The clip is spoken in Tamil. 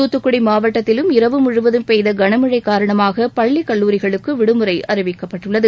தூத்துக்குடி மாவட்டத்திலும் இரவு முழுவதும் பெய்த கனமழை காரணமாக பள்ளி கல்லூரிகளுக்கு விடுமுறை அறிவிக்கப்பட்டுள்ளது